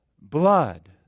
blood